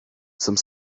some